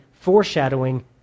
foreshadowing